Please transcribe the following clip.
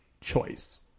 choice